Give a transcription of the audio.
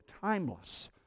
timeless